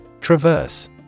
Traverse